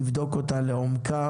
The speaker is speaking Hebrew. לבדוק אותה לעומקה,